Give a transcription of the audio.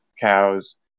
cows